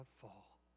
fall